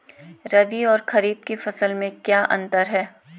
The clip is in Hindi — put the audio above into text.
रबी और खरीफ की फसल में क्या अंतर है?